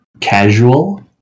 casual